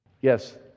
Yes